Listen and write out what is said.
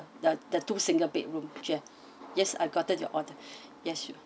the the two single bedroom yes I've gotten your order yes